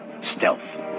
stealth